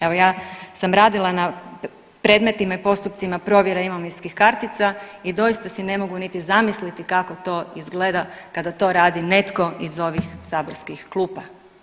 Evo ja sam radila na predmetima i postupcima provjere imovinskih kartica i doista si ne mogu niti zamisliti kako to izgleda kada to radi netko iz ovih saborski klupa.